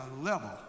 level